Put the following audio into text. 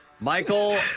Michael